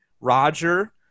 Roger